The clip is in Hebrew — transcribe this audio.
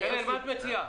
מה את מציעה?